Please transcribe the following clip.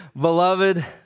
beloved